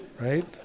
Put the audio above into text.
right